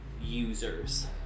Users